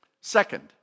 Second